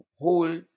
whole